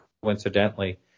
coincidentally